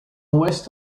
ouest